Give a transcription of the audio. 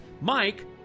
Mike